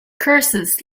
curses